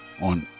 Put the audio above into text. on